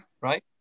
right